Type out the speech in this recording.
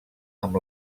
amb